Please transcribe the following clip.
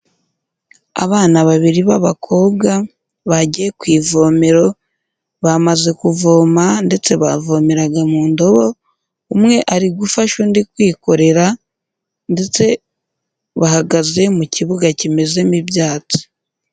Abana babiri b'abakobwa bagiye ku ivomero bamaze kuvoma ndetse bavomeraga mu ndobo, umwe ari gufasha undi kwikorera ndetse bahagaze mu kibuga kimezemo ibyatsi.